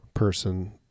person